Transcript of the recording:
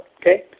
okay